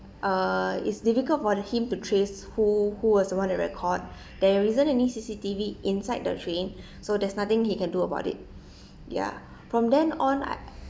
uh it's difficult for him to trace who who was the one that record there isn't any C_C_T_V inside the train so there's nothing he can do about it ya from then on I